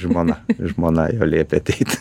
žmona žmona jo liepė ateiti